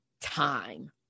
time